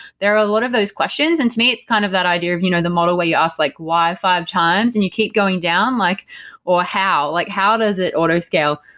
there are a lot of those questions. and to me, it's kind of that idea of you know the model where you ask like why five times and you keep going down. like or how. like how. how does it auto scale?